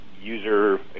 user